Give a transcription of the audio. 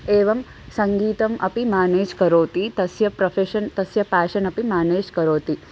एवं सङ्गीतम् अपि मेनेज् करोति तस्य प्रोफ़ेशन् तस्य पेशन् अपि मेनेज् करोति